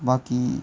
बाकी